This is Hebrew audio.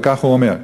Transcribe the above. וכך הוא אומר: